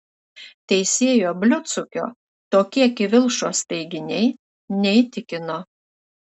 teisėjo bliudsukio tokie kivilšos teiginiai neįtikino